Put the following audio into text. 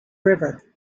river